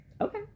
Okay